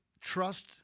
trust